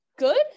Good